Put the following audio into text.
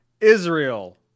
Israel